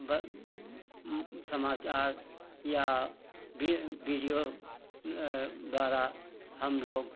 ब समाचार या वि वीडियो द्वारा हम लोग